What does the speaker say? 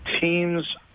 teams